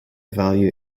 value